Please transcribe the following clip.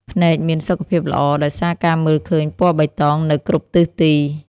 ភ្នែកមានសុខភាពល្អដោយសារការមើលឃើញពណ៌បៃតងនៅគ្រប់ទិសទី។